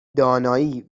دانایی